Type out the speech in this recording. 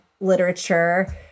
literature